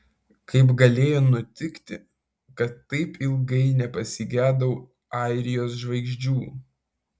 kaip galėjo nutikti kad taip ilgai nepasigedau airijos žvaigždžių